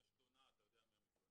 אם יש תלונה אז יודעים מי המתלוננים.